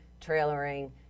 trailering